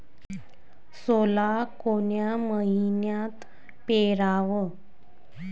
सोला कोन्या मइन्यात पेराव?